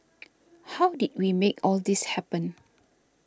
how did we make all this happen